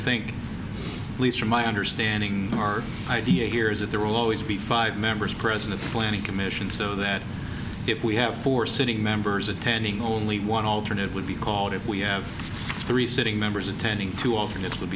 think at least from my understanding our idea here is that there will always be five members present a flannery commission so that if we have four sitting members attending only one alternate would be called if we have three sitting members attending too often it would